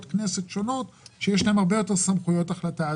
כנסת שונות שיש להן הרבה יותר סמכויות החלטה.